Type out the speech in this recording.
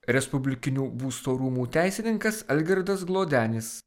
respublikinių būsto rūmų teisininkas algirdas glodenis